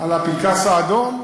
על הפנקס האדום?